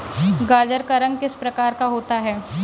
गाजर का रंग किस प्रकार का होता है?